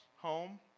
home